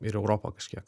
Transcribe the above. ir europą kažkiek